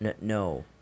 No